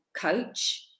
coach